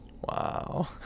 Wow